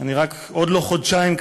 אני עוד לא חודשיים כאן,